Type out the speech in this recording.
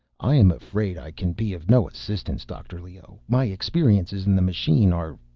i am afraid i can be of no assistance, dr. leoh. my experiences in the machine are.